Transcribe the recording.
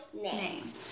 Name